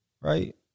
Right